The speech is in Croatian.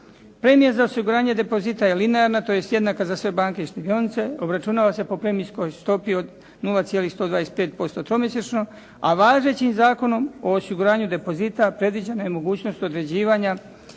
Premije za osiguranje depozita je linearna, tj. jednaka za sve banke i štedionice. Obračunava se po premijskog stopi od 0,125% tromjesečno, a važećim Zakonom o osiguranju depozita predviđena je mogućnost određivanja